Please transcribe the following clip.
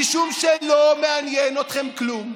משום שלא מעניין אתכם כלום.